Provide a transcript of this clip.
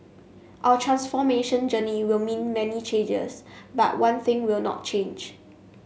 our transformation journey will mean many changes but one thing will not change